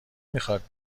میخواد